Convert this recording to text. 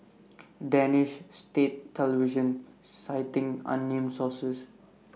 danish state television citing unnamed sources